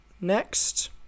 Next